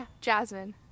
Jasmine